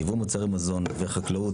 יבוא מוצרי מזון וחקלאות,